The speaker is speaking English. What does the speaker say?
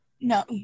No